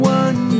one